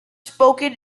spoken